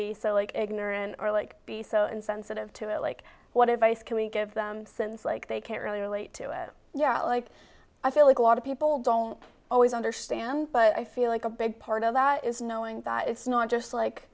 so ignorant or like be so insensitive to it like what advice can we give them since like they can't really relate to it yeah like i feel like a lot of people don't always understand but i feel like a big part of that is knowing that it's not